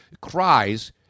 cries